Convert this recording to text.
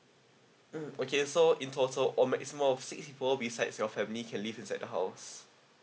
mm okay so in total or maximum of six people besides your family can live inside the house